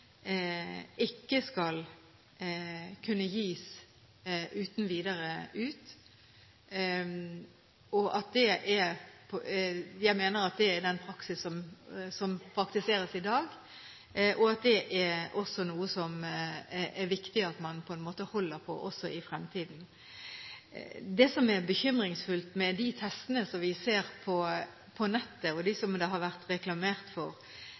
ikke skal kunne gis ut uten videre. Jeg mener at det er den praksis som praktiseres i dag, og at det er noe som det er viktig at man holder på også i fremtiden. Det som er bekymringsfullt med de testene som vi ser på nettet, og de som det har vært reklamert for,